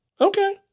Okay